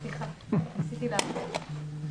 סליחה, ניסיתי לעזור.